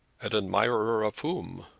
an admirer of whom?